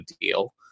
Deal